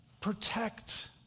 protect